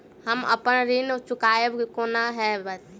हम अप्पन ऋण चुकाइब कोना हैतय?